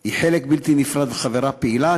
היא חלק בלתי נפרד וחברה פעילה.